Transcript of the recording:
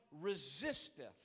resisteth